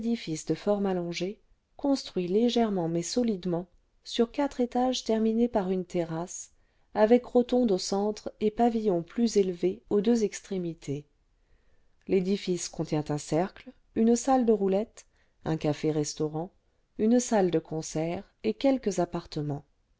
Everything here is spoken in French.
édifice de forme allongée construit légèrement mais solidement sur quatre étages terminés par une terrasse avec rotonde au centre et pavillons plus élevés aux deux extrémités l'édifice contient un cercle une salle de roulette un café restaurant une salle de concerts et quelques appartements